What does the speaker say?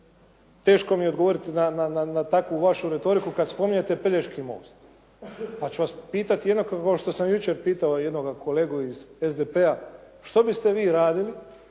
teško mi je odgovoriti na takvu vašu retoriku kada spominjete Pelješki most. Pa ću vas pitat jednako kao što sam jučer pitao jednog kolegu iz SDP-a što biste vi radili